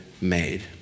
made